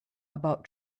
about